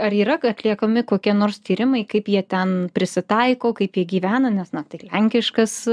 ar yra atliekami kokie nors tyrimai kaip jie ten prisitaiko kaip jie gyvena nes na tai lenkiškas